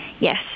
Yes